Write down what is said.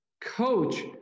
Coach